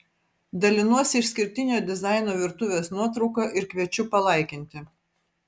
dalinuosi išskirtinio dizaino virtuvės nuotrauka ir kviečiu palaikinti